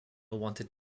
wanted